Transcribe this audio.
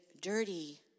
dirty